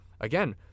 Again